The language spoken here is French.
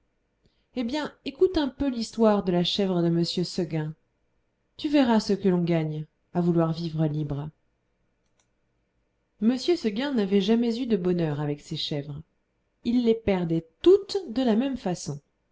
eh bien écoute un peu l'histoire de la chèvre de m seguin tu verras ce que l'on gagne à vouloir vivre libre m seguin n'avait jamais eu de bonheur avec ses chèvres il les perdait toutes de la même façon